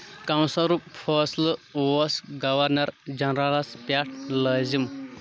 کوثرُک فأصلہٕ اوس گورنر جنرلس پیٚٹھ لأزم